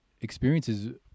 experiences